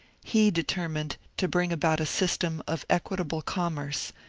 he determined to bring about a sys tem of equitable commerce,